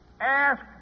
ask